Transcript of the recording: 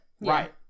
Right